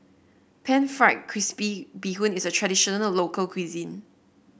pan fried crispy Bee Hoon is a traditional local cuisine